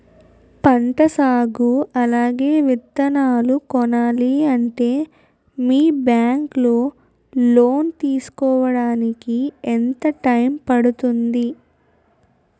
పంట సాగు అలాగే విత్తనాలు కొనాలి అంటే మీ బ్యాంక్ లో లోన్ తీసుకోడానికి ఎంత టైం పడుతుంది?